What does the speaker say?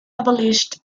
abolished